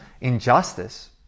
injustice